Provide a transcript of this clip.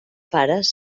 pares